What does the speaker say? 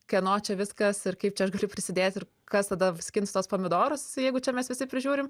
kieno čia viskas ir kaip čia aš galiu prisidėt ir kas tada skins tuos pomidorus jeigu čia mes visi prižiūrim